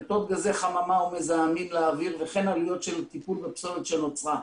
פליטות גזי חממה ומזהמים לאוויר וכן עלויות של הטיפול בפסולת שנוצרה.